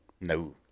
No